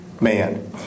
man